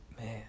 Man